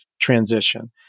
transition